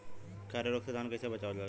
खैरा रोग से धान कईसे बचावल जाई?